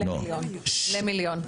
למיליון.